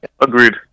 Agreed